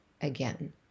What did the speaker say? again